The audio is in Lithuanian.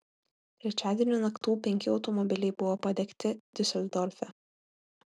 trečiadienio naktų penki automobiliai buvo padegti diuseldorfe